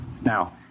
Now